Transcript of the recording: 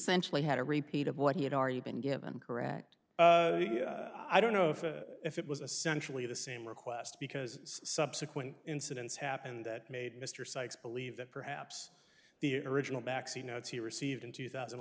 essentially had a repeat of what he had already been given correct i don't know if it was a centrally the same request because subsequent incidents happened that made mr sikes believe that perhaps the original baxi notes he received in two thousand a